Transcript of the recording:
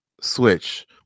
switch